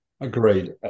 Agreed